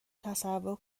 تصور